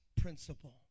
principle